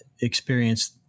experience